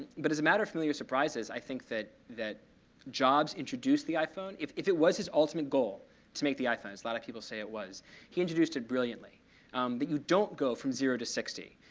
but as a matter familiar surprises, i think that that jobs introduced the iphone if if it was his ultimate goal to make the iphones a lot of people say it was he introduced it brilliantly that you don't go from zero to sixty.